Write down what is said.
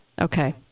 Okay